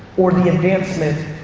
or the advancement,